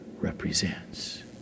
represents